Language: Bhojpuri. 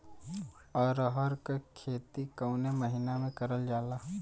अरहर क खेती कवन महिना मे करल जाला?